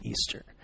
Easter